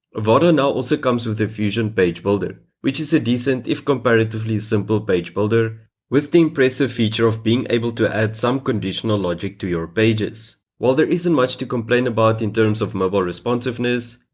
avada now also comes with a fusion page builder which is a decent if comparatively simple page builder with the impressive feature of being able to add some conditional logic to your pages. while there isn't much to complain about in terms of mobile responsiveness,